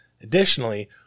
Additionally